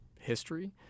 history